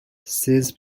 says